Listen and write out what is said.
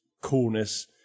coolness